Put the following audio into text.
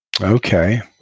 Okay